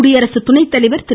குடியரசு துணை தலைவர் திரு